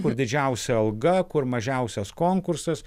kur didžiausia alga kur mažiausias konkursas